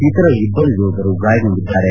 ಇತರ ಇಬ್ಬರು ಯೋಧರು ಗಾಯಗೊಂಡಿದ್ದಾರೆ